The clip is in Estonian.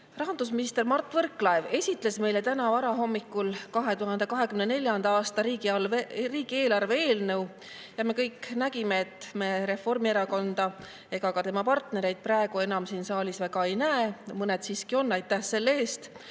Rahandusminister Mart Võrklaev esitles meile täna varahommikul 2024. aasta riigieelarve eelnõu. Me kõik näeme, et me Reformierakonda ega tema partnereid praegu siin saalis väga enam ei näe. Mõned siiski on – aitäh selle eest!